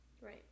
right